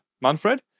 Manfred